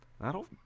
That'll